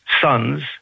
sons